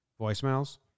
voicemails